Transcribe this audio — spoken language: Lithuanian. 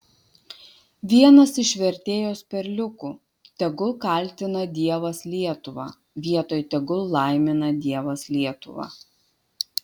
vienas iš vertėjos perliukų tegul kaltina dievas lietuvą vietoj tegul laimina dievas lietuvą